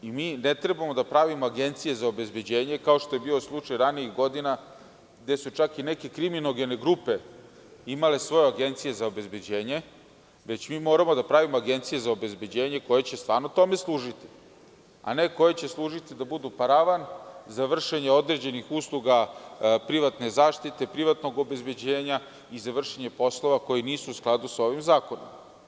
Ne treba da pravimo agencije za obezbeđenje, kao što je bio slučaj ranijih godina, gde su čak neke kriminogene grupe imale svoje agencije za obezbeđenje, već moramo da pravimo agencije za obezbeđenje koje će stvarno tome služiti, a ne koje će služiti da budu paravan za vršenje određenih usluga privatne zaštite, privatnog obezbeđenja i za vršenje poslova koji nisu u skladu sa ovim zakonom.